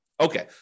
Okay